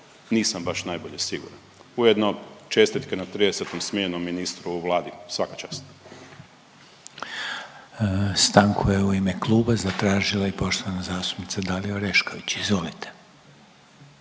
nisam baš najbolje siguran. Ujedno čestitke nad tridesetom smjenom ministra u Vladi. Svaka čast. **Reiner, Željko (HDZ)** Stanku je u ime kluba zatražila i poštovana zastupnica Dalija Orešković. Izvolite.